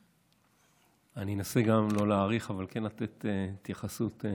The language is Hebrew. אני אנסה לא להאריך אבל לתת התייחסות.